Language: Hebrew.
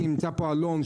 נמצא כאן אלון,